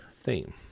theme